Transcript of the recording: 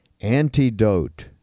antidote